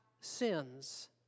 sins